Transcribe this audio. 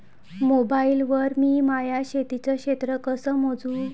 Mobile वर मी माया शेतीचं क्षेत्र कस मोजू?